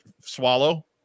swallow